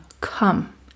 come